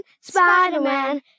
Spider-Man